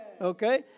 okay